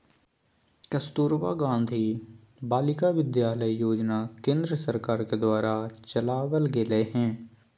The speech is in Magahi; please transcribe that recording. कस्तूरबा गांधी बालिका विद्यालय योजना केन्द्र सरकार के द्वारा चलावल गेलय हें